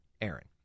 Aaron